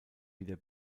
wieder